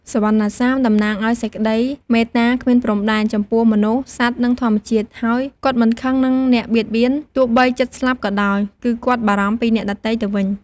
សុវណ្ណសាមតំណាងឱ្យសេចក្ដីមេត្តាគ្មានព្រំដែន ចំពោះមនុស្ស សត្វ និងធម្មជាតិ ហើយ គាត់មិនខឹងនឹងអ្នកបៀតបៀន ទោះបីជិតស្លាប់ក៏ដោយ គឺគាត់បារម្ភពីអ្នកដទៃ ទៅវិញ។